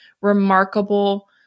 remarkable